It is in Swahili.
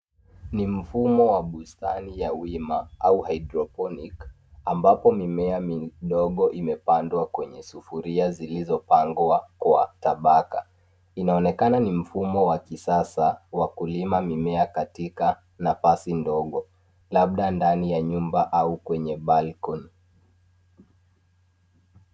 Ni mfumo wa bustani ya wima, au hydroponic ambapo mimea mi dogo imepandwa kwenye sufuria zilizopangwa kwa tabaka. Inaonekana ni mfumo wa kisasa, wa kulima mimea katika nafasi ndogo, labda ndani ya nyumba, au kwenye balcony .